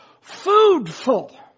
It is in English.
foodful